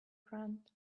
front